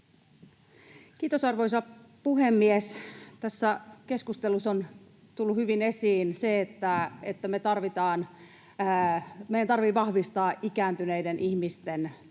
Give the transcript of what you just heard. Kiitos, arvoisa puhemies! Tässä keskustelussa on tullut hyvin esiin se, että meidän tarvitsee vahvistaa ikääntyneiden ihmisten työelämässä